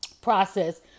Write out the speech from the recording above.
process